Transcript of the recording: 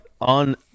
on